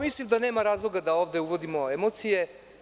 Mislim da nema razloga da ovde uvodimo emocije.